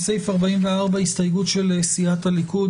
אנחנו עוברים להסתייגויות לסעיף 43. ההסתייגות שהגישה סיעת הרשימה המשותפת,